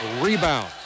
Rebound